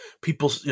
people